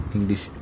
English